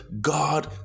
God